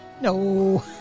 No